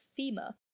FEMA